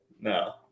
No